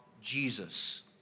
Jesus